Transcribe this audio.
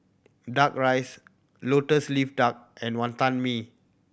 Duck Rice Lotus Leaf Duck and Wantan Mee